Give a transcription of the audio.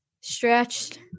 stretched